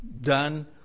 done